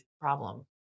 problem